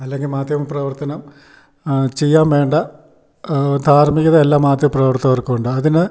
അല്ലെങ്കിൽ മാധ്യമ പ്രവർത്തനം ചെയ്യാൻ വേണ്ട ധാർമികത എല്ലാ മാധ്യമ പ്രവർത്തകർക്കുണ്ട് അതിന്